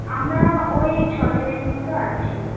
আমরা ওই ছ জনের মতো আছি